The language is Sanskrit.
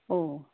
ओ